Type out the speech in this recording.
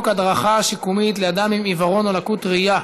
הדרכה שיקומית לאדם עם עיוורון או לקות ראייה,